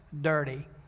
dirty